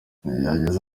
yagize